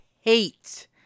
hate